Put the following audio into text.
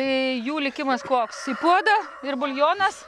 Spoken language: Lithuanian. tai jų likimas koks į puodą ir buljonas